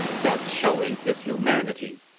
thus showing his humanity.